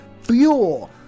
fuel